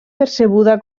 percebuda